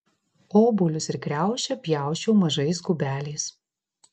obuolius ir kriaušę pjausčiau mažais kubeliais